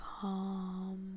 Calm